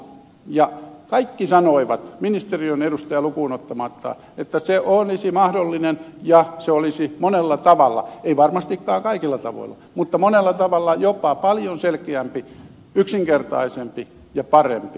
ja kaikki sanoivat ministeriön edustajaa lukuun ottamatta että se olisi mahdollista ja se olisi monella tavalla ei varmastikaan kaikilla tavoilla mutta monella tavalla jopa paljon selkeämpi yksinkertaisempi ja parempi